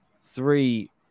three